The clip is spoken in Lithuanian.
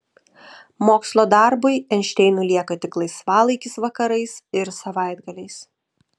mokslo darbui einšteinui lieka tik laisvalaikis vakarais ir savaitgaliais